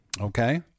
Okay